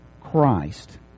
Christ